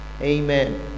amen